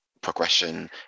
progression